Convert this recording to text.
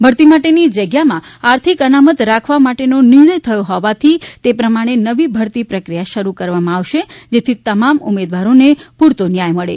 ભરતી માટે ની જગ્યા માં આર્થિક અનામત રાખવા માટે નો નિર્ણય થયો હોવાથી તે પ્રમાણે નવી ભરતી પ્રક્રિયા શરૂ કરવામાં આવશે જેથી તમામ ઉમેદવારો ને પૂરતો ન્યાય મળે